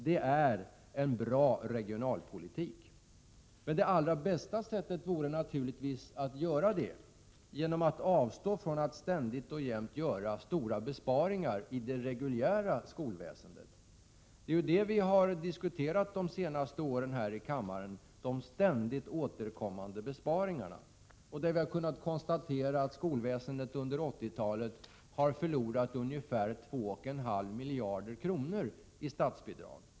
Det är en bra regionalpolitik. Men det allra bästa vore naturligtvis att göra detta genom att avstå från att ständigt och jämt göra stora besparingar inom det reguljära skolväsendet. Vad vi har diskuterat här i kammaren under de senaste åren är de ständigt återkommande besparingarna, och där har vi kunnat konstatera att skolväsendet under 80-talet har förlorat ungefär två och en halv miljarder i statsbidrag.